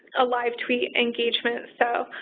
a live tweet engagement. so,